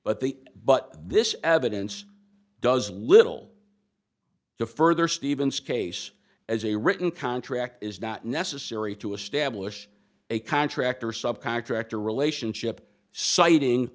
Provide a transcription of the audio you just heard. but the but this evidence does little to further stephen's case as a written contract is not necessary to establish a contract or subcontractor relationship citing